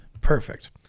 Perfect